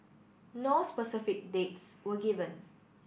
no specific dates were given